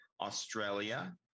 australia